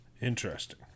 interesting